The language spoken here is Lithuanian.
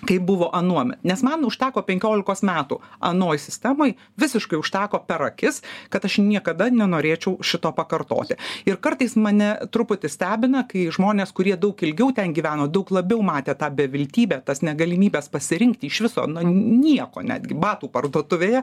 kaip buvo anuomet nes man užteko penkiolikos metų anoj sistemoj visiškai užteko per akis kad aš niekada nenorėčiau šito pakartoti ir kartais mane truputį stebina kai žmonės kurie daug ilgiau ten gyveno daug labiau matė tą beviltybę tas negalimybes pasirinkti iš viso nieko netgi batų parduotuvėje